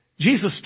Jesus